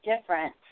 different